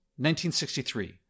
1963